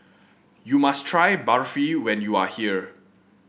you must try Barfi when you are here